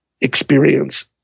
experience